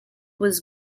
was